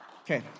Okay